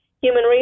human